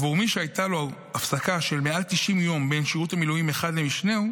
בעבור מי שהייתה לו הפסקה של מעל 90 יום בין שירות מילואים אחד למשנהו,